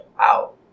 out